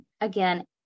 again